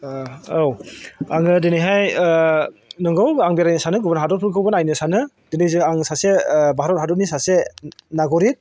औ आङो दिनैहाय नंगौ आं बेरायनो सानो गुबुन हादरफोरखौबो नायनो सानो दिनै जे आं सासे भारत हादरनि सासे नागरिख